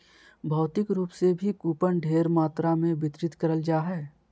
भौतिक रूप से भी कूपन ढेर मात्रा मे वितरित करल जा हय